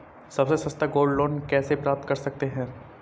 सबसे सस्ता gold loan कैसे प्राप्त कर सकते हैं?